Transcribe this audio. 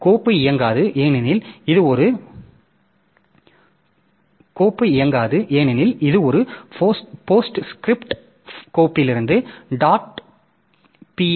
கோப்பு இயங்காது ஏனெனில் இது ஒரு போஸ்ட்ஸ்கிரிப்ட் கோப்பிலிருந்து டாட் பி